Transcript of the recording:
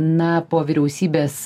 na po vyriausybės